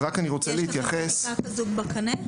יש לכם חקיקה כזו בקנה?